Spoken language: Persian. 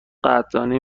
قدردانی